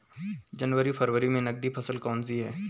जनवरी फरवरी में नकदी फसल कौनसी है?